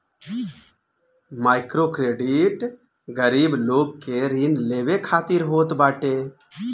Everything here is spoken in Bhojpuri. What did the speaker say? माइक्रोक्रेडिट गरीब लोग के ऋण लेवे खातिर होत बाटे